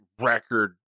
record